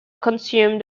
consumed